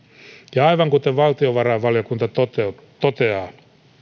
ja aivan kuten valtiovarainvaliokunta toteaa toteaa